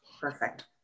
Perfect